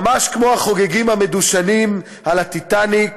ממש כמו החוגגים המדושנים על ה"טיטניק",